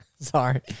Sorry